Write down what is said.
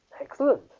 Excellent